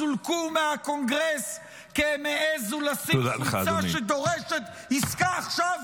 סולקו מהקונגרס כי הם העזו לשים חולצה שדורשת עסקה עכשיו?